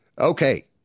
Okay